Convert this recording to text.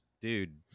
dude